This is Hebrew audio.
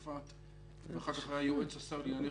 זה לא שייך לנומרטור,